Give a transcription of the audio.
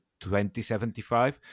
2075